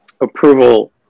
approval